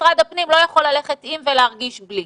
משרד הפנים לא יכול ללכת עם ולהרגיש בלי.